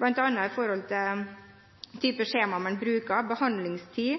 i forhold til type skjema man bruker, behandlingstid,